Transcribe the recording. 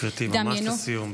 גברתי, ממש לסיום.